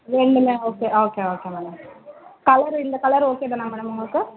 ரெண்டுமே ஓகே ஆ okay okay madam colour இந்த கலரு ஓகே தானா மேடம் உங்களுக்கு